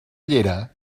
llera